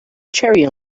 cherry